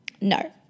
no